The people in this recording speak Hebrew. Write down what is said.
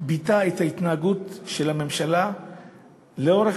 ביטאה את ההתנהגות של הממשלה לאורך